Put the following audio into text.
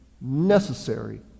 necessary